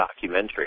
documentary